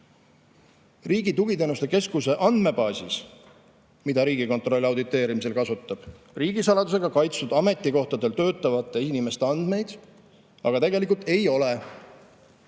Tugiteenuste Keskuse andmebaasis, mida Riigikontroll auditeerimisel kasutab, riigisaladusega kaitstud ametikohtadel töötavate inimeste andmeid tegelikult ei ole.